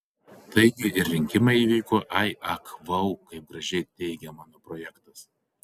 taigi ir rinkimai įvyko ai ak vau kaip gražiai teigia mano projektas